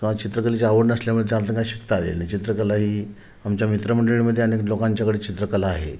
किंवा चित्रकलेची आवड नसल्यामळे ते आपल्याला काय शिकता आलेलं नाही चित्रकला ही आमच्या मित्रमंडळीमध्ये अनेक लोकांच्याकडे चित्रकला आहे